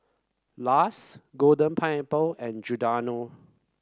Lush Golden Pineapple and Giordano